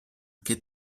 che